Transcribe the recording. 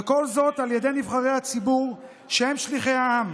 וכל זאת על ידי נבחרי הציבור, שהם שליחי העם?